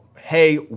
hey